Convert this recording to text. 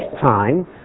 time